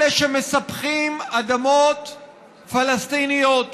אלה שמספחים אדמות פלסטיניות